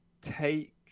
take